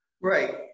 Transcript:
Right